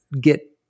get